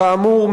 כאמור,